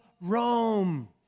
Rome